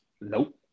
Nope